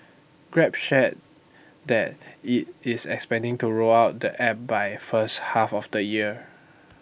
grab shared that IT is expecting to roll out the app by first half of the year